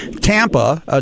Tampa—